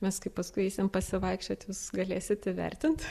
mes kaip paskui eisim pasivaikščiot jūs galėsit įvertint